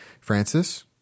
Francis